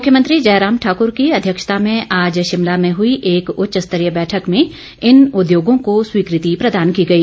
मुख्यमंत्री जयराम ठाकुर की अध्यक्षता में आज शिमला में हुई एक उच्च स्तरीय बैठक में इन उद्योगों को स्वीकृति प्रदान की गई